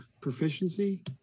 proficiency